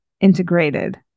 integrated